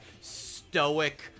stoic